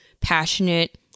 passionate